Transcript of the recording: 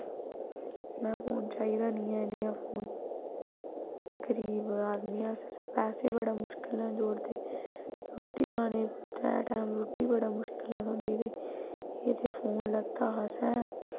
में फोन चाहिदा गै नेईं ऐ नेहा फोन गरीब आदमी अस पैसे बड़े मुश्कलै नै जोड़दे रुट्टी खाने गी त्रै टैम रुट्टी बड़े मुश्कलै नै थ्होंदी ते एह् ते फोन लैत्ता हा असें